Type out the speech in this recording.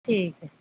ਠੀਕ ਹੈ